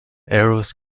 arrows